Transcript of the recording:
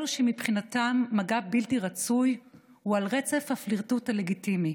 אלו שמבחינתם מגע בלתי רצוי הוא על רצף הפלירטוט הלגיטימי: